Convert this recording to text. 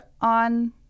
on